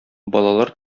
балалар